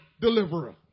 deliverer